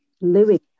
living